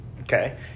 Okay